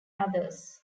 others